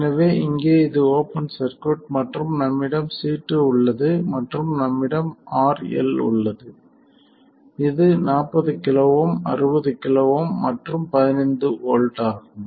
எனவே இங்கே இது ஓப்பன் சர்க்யூட் மற்றும் நம்மிடம் C2 உள்ளது மற்றும் நம்மிடம் RL உள்ளது இது 40 KΩ 60 KΩ மற்றும் 15 வோல்ட் ஆகும்